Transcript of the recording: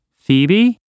Phoebe